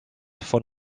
von